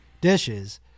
dishes